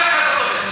אף אחד לא תומך.